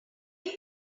coat